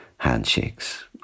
Handshakes